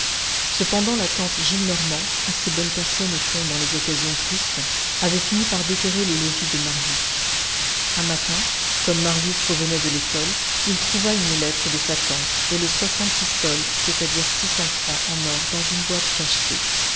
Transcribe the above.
cependant la tante gillenormand assez bonne personne au fond dans les occasions tristes avait fini par déterrer le logis de marius un matin comme marius revenait de l'école il trouva une lettre de sa tante et les soixante pistoles c'est-à-dire six cents francs en or dans une boîte cachetée